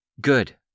Good